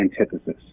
antithesis